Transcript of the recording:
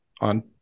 on